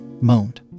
moaned